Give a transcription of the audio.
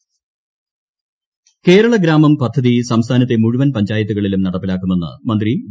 കേരഗ്രാമം പദ്ധതി കേരഗ്രാമം പദ്ധതി സംസ്ഥാനത്തെ മുഴുവൻ പഞ്ചായത്തുകളിലും നടപ്പിലാക്കുമെന്ന് മന്ത്രി വി